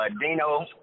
Dino